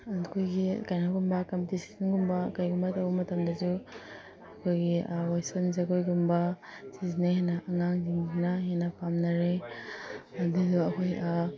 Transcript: ꯑꯩꯈꯣꯏꯒꯤ ꯀꯩꯅꯣꯒꯨꯝꯕ ꯀꯝꯄꯤꯇꯤꯁꯟꯒꯨꯝꯕ ꯀꯩꯒꯨꯝꯕ ꯇꯧꯕ ꯃꯇꯝꯗꯁꯨ ꯑꯩꯈꯣꯏꯒꯤ ꯋꯦꯁꯇ꯭ꯔꯟ ꯖꯒꯣꯏꯒꯨꯝꯕ ꯁꯤꯁꯤꯅ ꯍꯦꯟꯅ ꯑꯉꯥꯡꯁꯤꯡꯁꯤꯅ ꯍꯦꯟꯅ ꯄꯥꯝꯅꯔꯦ ꯑꯗꯨꯗꯣ ꯑꯩꯈꯣꯏ